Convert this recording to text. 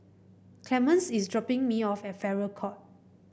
Clemence is dropping me off at Farrer Court